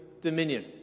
dominion